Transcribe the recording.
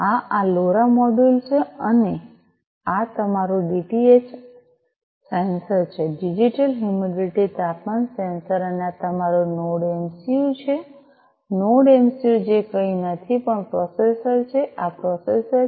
આ આ LoRa module LoRa Module છે અને આ તમારું ડીએચટી સેન્સર છે ડિજિટલ હયુમીડિટી તાપમાન સેન્સર અને આ તમારું નોડ એમસિયું છે નોડ એમસિયું જે કંઈ નથી પણ પ્રોસેસર છે આ પ્રોસેસર છે